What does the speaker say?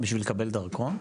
בשביל לקבל דרכון?